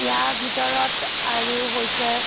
ইয়াৰ ভিতৰত আৰু হৈছে